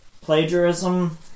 plagiarism